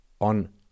on